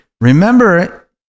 remember